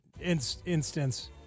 instance